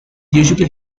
usually